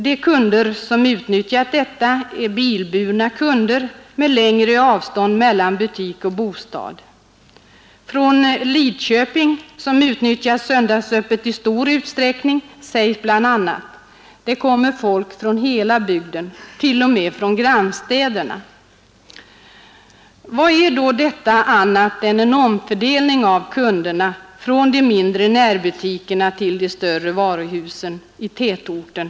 De kunder som utnyttjat detta är bilburna med långa avstånd mellan butik och bostad. Från Lidköping, som utnyttjat söndagsöppet i stor utsträckning, sägs bl.a.: Det kommer folk från hela bygden, t.o.m. från grannstäderna. Vad är detta annat än en omfördelning av kunderna från de mindre närbutikerna till de större varuhusen i tätorten?